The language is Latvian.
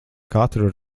katru